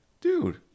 Dude